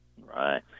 Right